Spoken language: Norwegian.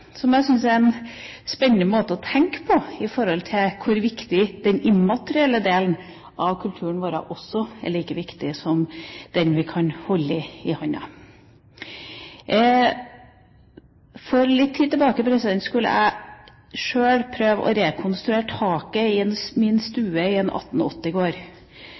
jeg syns er en spennende måte å tenke på når vi vet hvor viktig den immaterielle delen av kulturen vår er. Den er like viktig som den vi kan holde i handa. For litt tid tilbake skulle jeg sjøl prøve å rekonstruere taket i min stue i en gård fra 1880.